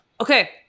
Okay